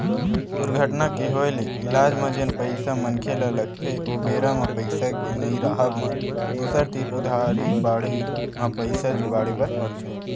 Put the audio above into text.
दुरघटना के होय ले इलाज म जेन पइसा मनखे ल लगथे ओ बेरा म पइसा के नइ राहब म दूसर तीर उधारी बाड़ही म पइसा जुगाड़े बर परथे